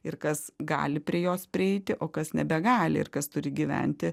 ir kas gali prie jos prieiti o kas nebegali ir kas turi gyventi